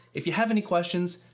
if you have any questions,